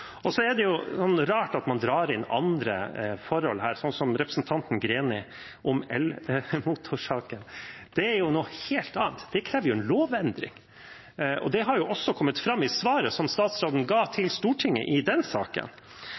km-regelen. Så er det rart at man drar inn andre forhold her, som representanten Greni gjør, om elmotorsaken. Det er noe helt annet. Det krever jo en lovendring. Det har også kommet fram i svaret som statsråden ga til Stortinget i den saken.